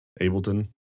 Ableton